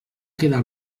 quedar